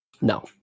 No